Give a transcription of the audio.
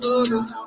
others